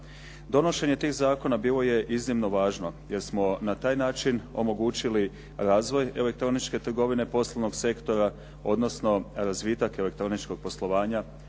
Donošenje toga zakona bilo je iznimno važno jer smo na taj način omogućili razvoj elektroničke trgovine poslovnog sektora, odnosno razvitak elektroničkog poslovanja